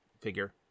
figure